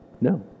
No